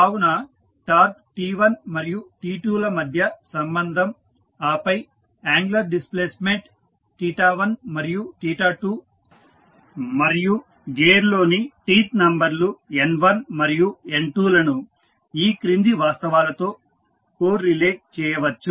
కావున torque T1 మరియు T2 ల మధ్య సంబంధం ఆపై యాంగులర్ డిస్ప్లేస్మెంట్ 1 మరియు 2 మరియు గేర్లోని టీత్ నంబర్లు N1 మరియు N2 లను ఈ క్రింది వాస్తవాలతో కోరిలేట్ చేయవచ్చు